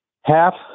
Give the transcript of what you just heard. half